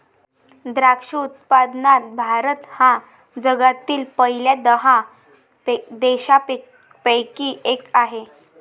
द्राक्ष उत्पादनात भारत हा जगातील पहिल्या दहा देशांपैकी एक आहे